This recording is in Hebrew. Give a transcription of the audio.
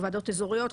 בוועדות אזוריות,